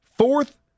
Fourth